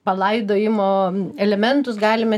palaidojimo elementus galime